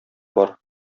бар